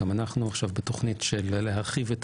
גם אנחנו עכשיו בתוכנית של להרחיב את